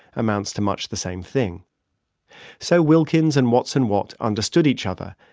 amounts to much the same thing so wilkins and watson watt understood each other,